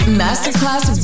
masterclass